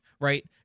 right